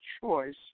Choice